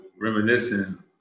reminiscing